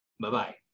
Bye-bye